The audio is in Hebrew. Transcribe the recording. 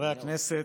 חברי הכנסת,